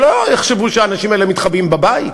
שלא יחשבו שהאנשים האלה מתחבאים בבית.